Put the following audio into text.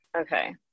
Okay